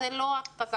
זה לא --- שלנו.